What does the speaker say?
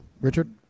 Richard